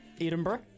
Edinburgh